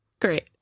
great